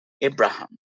Abraham